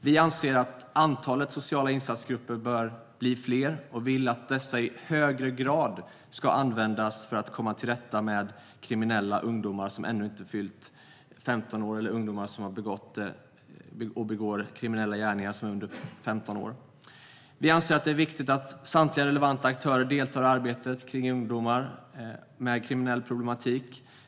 Vi anser att antalet sociala insatsgrupper bör bli fler och vill att dessa i högre grad ska användas för att komma till rätta med ungdomar under 15 år som begår kriminella gärningar. Vi anser att det är viktigt att samtliga relevanta aktörer deltar i arbetet kring ungdomar med kriminell problematik.